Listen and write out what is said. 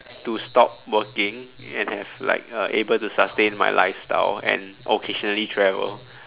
to stop working and have like uh able to sustain my lifestyle and occasionally travel